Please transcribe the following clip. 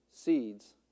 Seeds